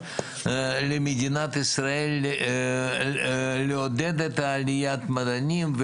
למדינת ישראל לעודד את עליית המדענים,